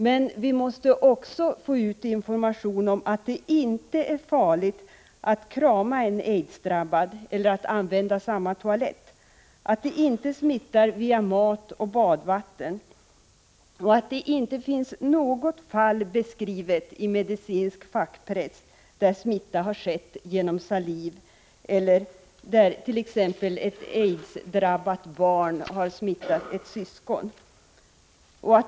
Men vi måste också få ut information om att det inte är farligt att krama en aidsdrabbad eller att använda samma toalett, att aids inte smittar via mat och badvatten och att det inte finns något fall beskrivet i medicinsk fackpress där smitta har skett genom saliv eller där ett aidsdrabbat barn har smittat ett syskon.